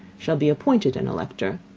shall be appointed an elector.